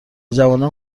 جوانان